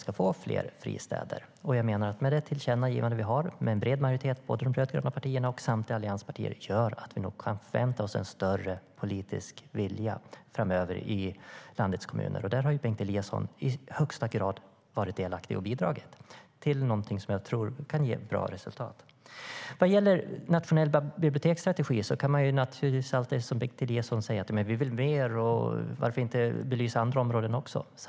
Jag menar att med det tillkännagivande vi har, med en bred majoritet med både de rödgröna partierna och samtliga allianspartier, gör att vi nog kan förvänta oss en större politisk vilja framöver i landets kommuner. Där har Bengt Eliasson i högsta grad varit delaktig och bidragit till något som jag tror kan ge ett bra resultat. När det sedan gäller den nationella biblioteksstrategin kan man naturligtvis alltid säga som Bengt Eliasson att man vill mer, och varför inte belysa andra områden också?